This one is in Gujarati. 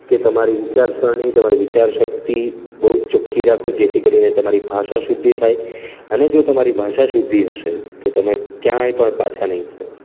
કે તમારી વિચારસરણી તમારી વિચારશક્તિ બહુ જ ચોખ્ખી રાખો જેથી કરીને તમારી ભાષાશુદ્ધિ થાય અને જો તમારી ભાષાશુદ્ધિ હશે તો તમે ક્યાંય પણ પાછા નહીં પડો